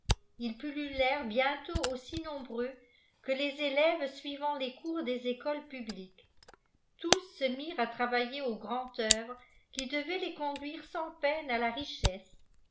ils pullulèrent bientôt aussi nombreux que les élèves suivant les coui des écoles publiques tous se mirent k travailler au grand œuvre qui devait ies conduire sans peine à la richesse